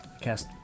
Cast